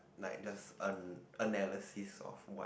like does an analysis of what